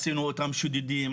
עשינו אותם שודדים,